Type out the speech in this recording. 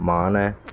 ਮਾਣ ਹੈ